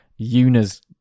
Yuna's